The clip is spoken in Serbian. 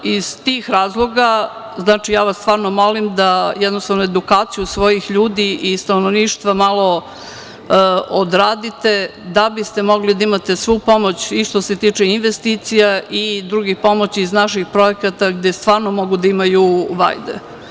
Iz tih razloga vas molim da edukaciju svojih ljudi i stanovništva malo odradite da biste mogli da imate svu pomoć i što se tiče investicija i drugih pomoći iz naših projekata gde stvarno mogu da imaju vajde.